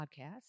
podcast